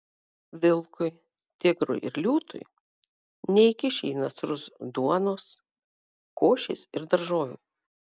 vilkui tigrui ir liūtui neįkiši į nasrus duonos košės ir daržovių